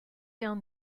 down